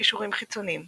קישורים חיצוניים